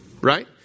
Right